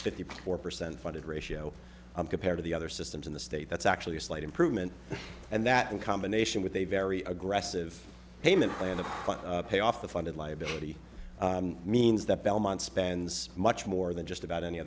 fifty four percent funded ratio compared to the other systems in the state that's actually a slight improvement and that in combination with a very aggressive payment on the front pay off the funded liability means that belmont spends much more than just about any